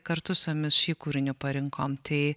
kartu su jumis šį kūrinį parinkom tai